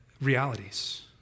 realities